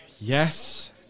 yes